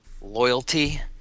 loyalty